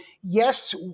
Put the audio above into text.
yes